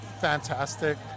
fantastic